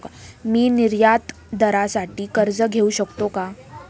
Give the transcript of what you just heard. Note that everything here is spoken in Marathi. मी निर्यातदारासाठी कर्ज घेऊ शकतो का?